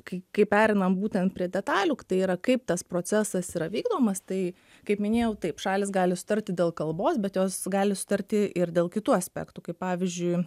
kai kai pereinam būtent prie detalių tai yra kaip tas procesas yra vykdomas tai kaip minėjau taip šalys gali sutarti dėl kalbos bet jos gali sutarti ir dėl kitų aspektų kaip pavyzdžiui